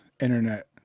internet